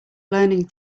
learning